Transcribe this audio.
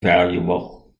valuable